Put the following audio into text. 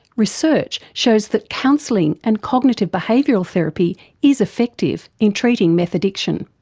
research shows that counselling and cognitive behavioural therapy is effective in treating meth addiction.